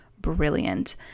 brilliant